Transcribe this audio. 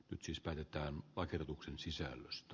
nyt päätetään lakiehdotuksen sisällöstä